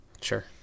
Sure